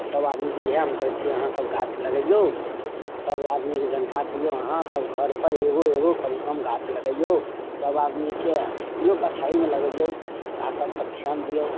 सब आदमीके इहाँ हम कहैत छियै अहाँ सब गाछ लगैयौ सब आदमीके जानकार दियौ अहाँ सब घर पर एगो एगो कम से कम गाछ लगैयौ सब आदमीके खेतियो पथारीमे लगैयौ गाछ सब पर धिआन दियौ